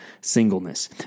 singleness